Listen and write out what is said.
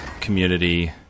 community